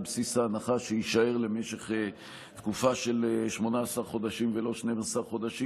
בסיס ההנחה שיישאר למשך תקופה של 18 חודשים ולא 12 חודשים.